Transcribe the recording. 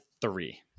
three